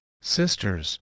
sisters